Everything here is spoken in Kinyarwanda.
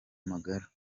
amagara